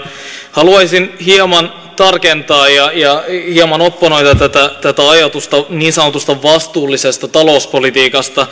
haluaisin hieman tarkentaa ja hieman opponoida tätä ajatusta niin sanotusta vastuullisesta talouspolitiikasta